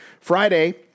Friday